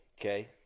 Okay